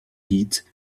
heat